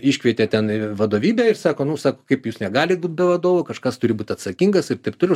iškvietė ten vadovybę ir sako nu sako kaip jūs negalit būt be vadovų kažkas turi būti atsakingas ir taip toliau